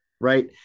Right